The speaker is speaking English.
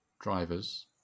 drivers